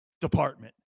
department